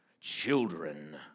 children